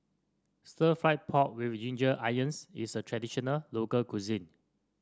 stir fry pork with Ginger Onions is a traditional local cuisine